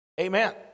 Amen